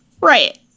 Right